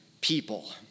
people